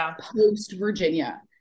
post-Virginia